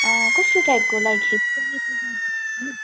कस्तो टाइपको लाइक